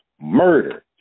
murder